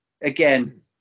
Again